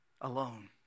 alone